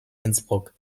innsbruck